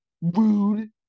Rude